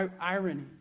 Irony